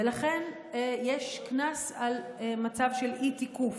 ולכן יש קנס על מצב של אי-תיקוף.